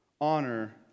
Honor